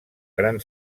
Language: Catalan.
gran